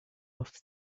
off